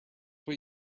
what